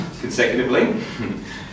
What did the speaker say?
consecutively